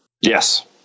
yes